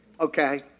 Okay